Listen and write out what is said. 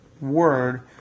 word